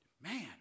man